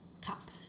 cup